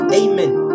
amen